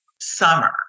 summer